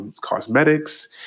Cosmetics